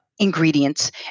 ingredients